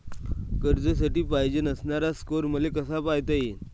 कर्जासाठी पायजेन असणारा स्कोर मले कसा पायता येईन?